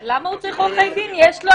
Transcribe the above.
של ראש הממשלה יש מספרים?